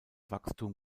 wachstum